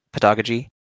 Pedagogy